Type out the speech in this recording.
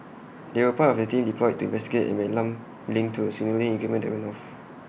they were part of A team deployed to investigate an alarm linked to A signalling equipment that went off